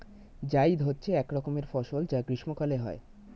জায়িদ হচ্ছে এক রকমের ফসল যা গ্রীষ্মকালে হয়